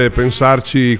pensarci